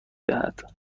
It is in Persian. دهد